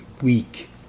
weak